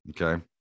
Okay